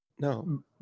No